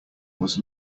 was